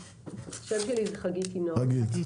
השם שלי הוא חגית יינון.